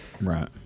Right